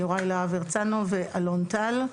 יוראי להב הרצנו ואלון טל.